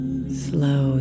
Slow